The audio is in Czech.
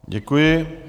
Děkuji.